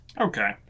Okay